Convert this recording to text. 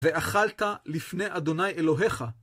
ואכלת לפני אדוני אלוהיך.